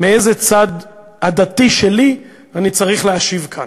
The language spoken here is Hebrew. מאיזה צד עדתי שלי אני צריך להשיב כאן: